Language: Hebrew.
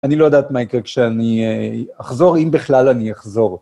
אני לא יודעת מייקל, כשאני אההה אחזור, אם בכלל אני אחזור.